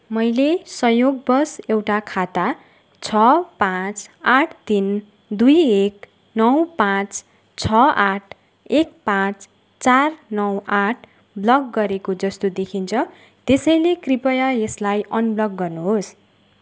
मैले संयोगवश एउटा खाता छ पाँच आठ तिन दुई एक नौ पाँच छ आठ एक पाँच चार नौ आठ ब्लक गरेको जस्तो देखिन्छ त्यसैले कृपया यसलाई अनब्लक गर्नु होस्